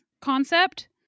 concept